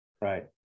Right